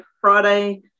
Friday